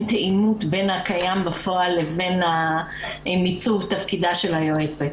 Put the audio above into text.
תאימות בין הקיים בפועל לבין מיצוב תפקידה של היועצת.